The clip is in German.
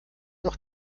auch